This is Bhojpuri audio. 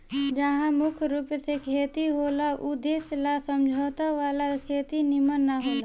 जहा मुख्य रूप से खेती होला ऊ देश ला समझौता वाला खेती निमन न होला